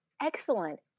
excellent